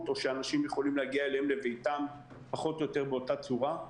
או שאנשים יכולים להגיע אליהם לביתם פחות או יותר באותה צורה.